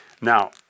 Now